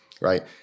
right